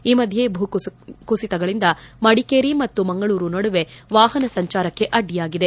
ಈ ಮಧ್ಯೆ ಭೂಕುಸಿತಗಳಿಂದ ಮಡಿಕೇರಿ ಮತ್ತು ಮಂಗಳೂರು ನಡುವೆ ವಾಹನ ಸಂಚಾರಕ್ಕೆ ಅಡ್ಡಿಯಾಗಿದೆ